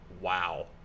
wow